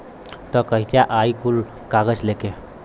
तब कहिया आई कुल कागज़ लेके?